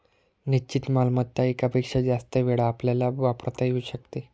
निश्चित मालमत्ता एकापेक्षा जास्त वेळा आपल्याला वापरता येऊ शकते